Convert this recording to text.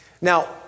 Now